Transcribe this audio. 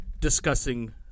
discussing